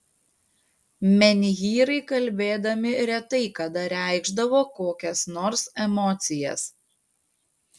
menhyrai kalbėdami retai kada reikšdavo kokias nors emocijas